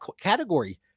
category